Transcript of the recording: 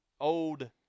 old